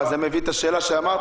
זה מחזיר אותנו לשאלה שלי.